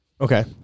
Okay